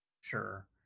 Sure